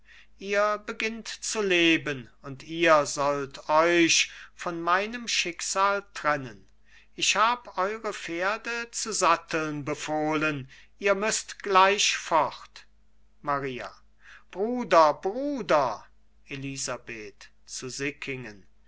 ihr beginnt zu leben und ihr sollt euch von meinem schicksal trennen ich hab eure pferde zu satteln befohlen ihr müßt gleich fort maria bruder bruder elisabeth